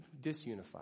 disunified